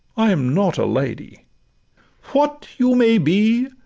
i m not a lady what you may be,